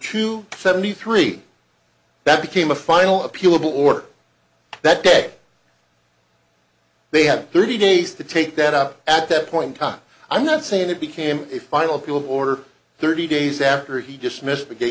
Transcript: two seventy three that became a final appealable order that day they have thirty days to take that up at that point in time i'm not saying it became a final people order thirty days after he dismissed the g